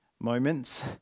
moments